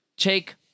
Take